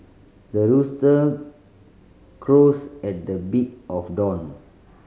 the rooster crows at the beak of dawn